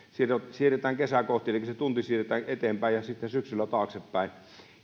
siirretään kesää kohti elikkä se tunti siirretään eteenpäin ja sitten syksyllä taaksepäin